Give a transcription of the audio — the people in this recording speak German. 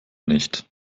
nicht